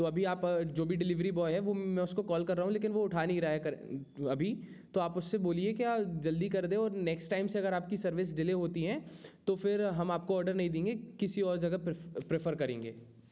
तो अभी आप जो भी डिलीवरी बॉय है वो मैं उसको कॉल कर रहा हूँ लेकिन वह उठा नहीं रहा है अभी तो आप उसे बोलिए कि जल्दी कर दे और नेक्स्ट टाइम से अगर आपकी सर्विस दिले होती हैं तो फिर हम आपको आर्डर नहीं देंगे किसी और जगह प्रेफर करेंगे